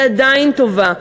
והיא עדיין טובה,